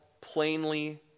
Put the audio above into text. plainly